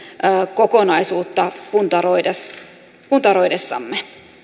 kokonaisuutta puntaroidessamme puntaroidessamme